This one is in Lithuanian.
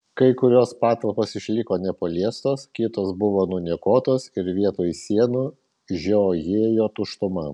kai kurios patalpos išliko nepaliestos kitos buvo nuniokotos ir vietoj sienų žiojėjo tuštuma